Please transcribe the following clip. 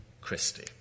Christie